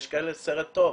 יש כאלה בסרט טוב,